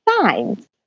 signs